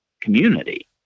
community